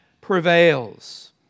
prevails